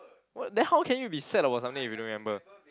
what then how can you be sad about something if you don't remember